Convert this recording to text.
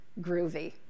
groovy